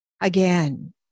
again